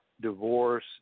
divorce